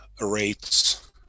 rates